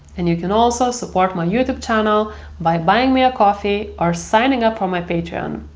and you can also support my youtube channel by buying me a coffee or signing up for my patreon.